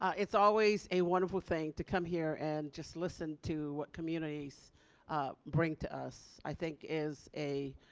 it's always a wonderful thing to come here and just listen to what communities bring to us i think is a